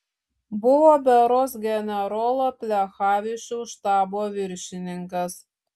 buvo berods generolo plechavičiaus štabo viršininkas